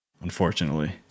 unfortunately